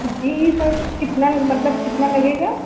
جی sir کتنا مطلب کتنا لگے گا